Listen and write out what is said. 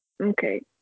Okay